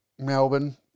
Melbourne